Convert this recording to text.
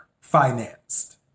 financed